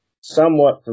somewhat